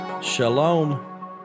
Shalom